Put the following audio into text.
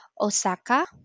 Osaka